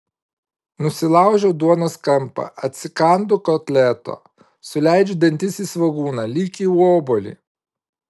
nusilaužiu duonos kampą atsikandu kotleto suleidžiu dantis į svogūną lyg į obuolį